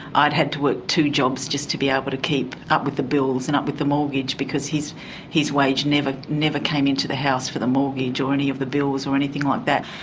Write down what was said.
i'd had to work two jobs just to be able to keep up with the bills and up with the mortgage because his wage never never came into the house for the mortgage or any of the bills or anything like that.